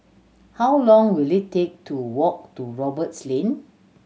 how long will it take to walk to Roberts Lane